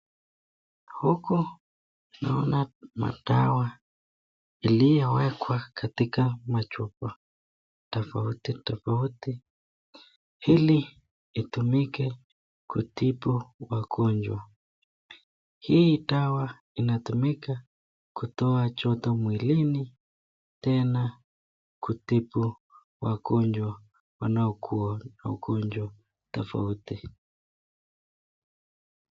Huku naona madawa iliyowekwa machupa tofauti tofauti ili itumike kutibu wagonjwa. Hii dawa inatumika kutoa joto mwilini tena kutibu wagonjwa wanaokuwa na ugonjwa tofauti.